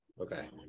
Okay